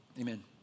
Amen